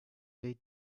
they